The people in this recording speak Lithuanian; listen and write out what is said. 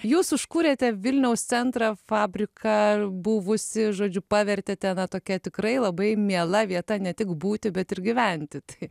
jūs užkūrėte vilniaus centrą fabriką buvusį žodžiu pavertėte na tokia tikrai labai miela vieta ne tik būti bet ir gyventi tai